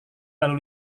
lalu